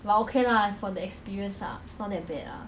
just tone yourself